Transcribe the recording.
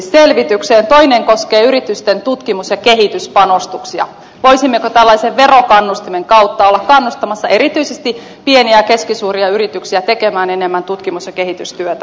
toinen koskee yritysten tutkimus ja kehityspanostuksia voisimmeko verokannustimen kautta olla kannustamassa erityisesti pieniä ja keskisuuria yrityksiä tekemään enemmän tutkimus ja kehitystyötä